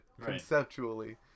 conceptually